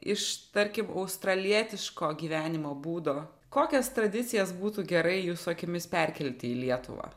iš tarkim australietiško gyvenimo būdo kokias tradicijas būtų gerai jūsų akimis perkelti į lietuvą